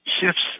shifts